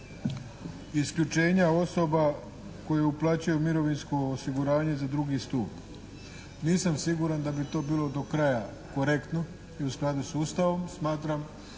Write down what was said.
isključenja osoba koje uplaćuje mirovinsko osiguranje za drugi stup. Nisam siguran da bi to bilo do kraja korektno i u skladu s Ustavom. Smatram